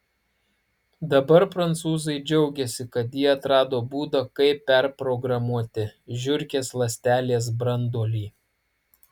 dabar prancūzai džiaugiasi kad jie atrado būdą kaip perprogramuoti žiurkės ląstelės branduolį